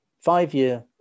five-year